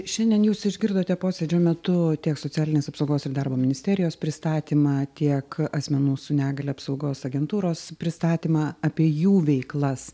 šiandien jūs išgirdote posėdžio metu tiek socialinės apsaugos ir darbo ministerijos pristatymą tiek asmenų su negalia apsaugos agentūros pristatymą apie jų veiklas